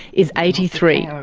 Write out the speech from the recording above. is eighty three, um